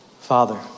Father